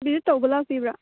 visit ꯇꯧꯕ ꯂꯥꯛꯄꯤꯕ꯭ꯔꯥ